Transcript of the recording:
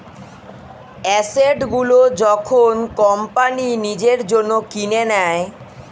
asset গুলো যখন company নিজের জন্য কিনে নেয়